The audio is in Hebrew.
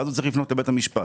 ואז הוא צריך לפנות לבית המשפט.